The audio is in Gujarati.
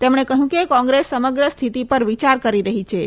તેમણે કહ્યું કે કોંગ્રેસ સમગ્ર સ્થિતિ પર વિચાર કરી રહીછે